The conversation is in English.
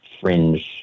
fringe